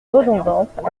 redondantes